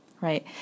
right